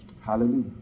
hallelujah